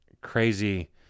crazy